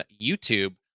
YouTube